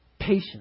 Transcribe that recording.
patience